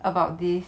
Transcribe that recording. about this